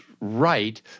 right